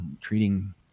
treating